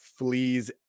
fleas